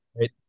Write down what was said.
right